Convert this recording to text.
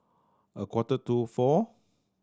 a quarter to four